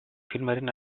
filmaren